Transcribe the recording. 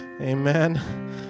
amen